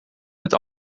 met